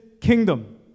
kingdom